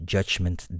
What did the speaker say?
Judgment